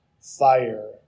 fire